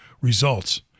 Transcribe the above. Results